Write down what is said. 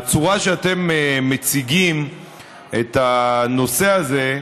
הצורה שבה אתם מציגים את הנושא הזה,